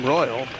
Royal